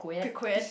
they could add